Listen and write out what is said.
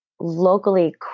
locally